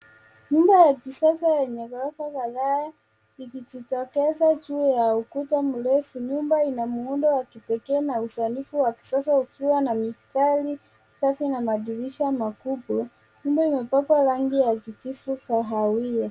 Nyumba ya kisasa yenye ghorofa kadhaa ikijitolekeza juu ya ukuta mrefu. Nyumba ina muundo wa kipekee na uzalifu wa kisasa ukiwa na mistari safi na madirisha makubwa. Nyumba imepakwa rangi ya kijivu kahawia.